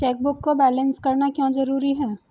Chequebook को balance करना क्यों जरूरी है?